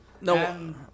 No